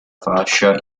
fascia